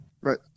Right